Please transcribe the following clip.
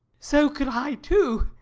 so could i too.